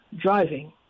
driving